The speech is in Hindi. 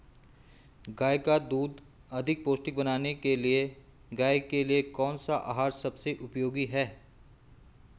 गाय का दूध अधिक पौष्टिक बनाने के लिए गाय के लिए कौन सा आहार सबसे उपयोगी है?